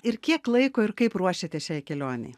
ir kiek laiko ir kaip ruošėtės šiai kelionei